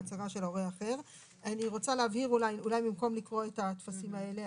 מההצהרה של ההורה האחר למוסד"; אולי במקום לקרוא את הטפסים האלה,